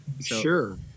sure